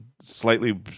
slightly